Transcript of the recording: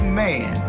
man